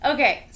Okay